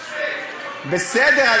בסדר.